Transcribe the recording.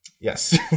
Yes